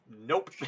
nope